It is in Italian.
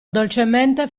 dolcemente